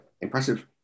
impressive